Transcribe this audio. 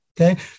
Okay